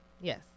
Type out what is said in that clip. Yes